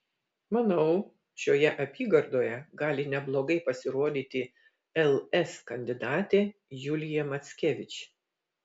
manau šioje apygardoje gali neblogai pasirodyti ls kandidatė julija mackevič